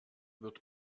wird